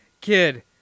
kid